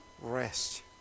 rest